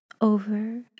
over